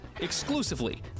exclusively